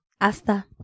Hasta